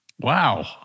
Wow